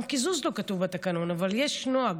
גם קיזוז לא כתוב בתקנון אבל יש נוהג.